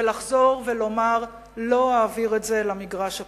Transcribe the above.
ולחזור ולומר: לא אעביר את זה למגרש הפוליטי.